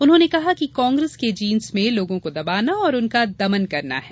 उन्होंने कहा कि कांग्रेस के जीन्स में लोगों को दबाना और उनका दमन करना है